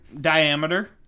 diameter